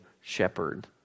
shepherd